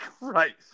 Right